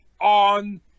on